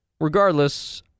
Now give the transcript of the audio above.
Regardless